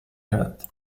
heard